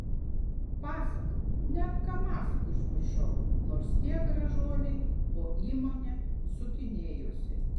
pasaka net kamaz užmiršau nors tie gražuoliai po įmonę sukinėjosi